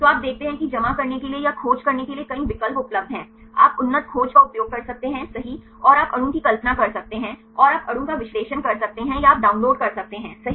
तो आप देखते हैं कि जमा करने के लिए या खोज करने के लिए कई विकल्प उपलब्ध हैं आप उन्नत खोज का उपयोग कर सकते हैं सही और आप अणु की कल्पना कर सकते हैं और आप अणु का विश्लेषण कर सकते हैं या आप डाउनलोड कर सकते हैं सही